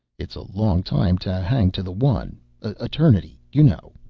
it's a long time to hang to the one eternity, you know.